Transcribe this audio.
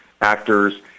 actors